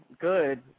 Good